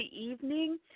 evening